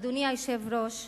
אדוני היושב-ראש,